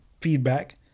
feedback